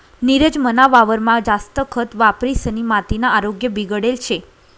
नीरज मना वावरमा जास्त खत वापरिसनी मातीना आरोग्य बिगडेल शे